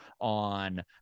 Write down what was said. on